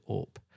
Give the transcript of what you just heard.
up